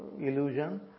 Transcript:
illusion